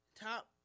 top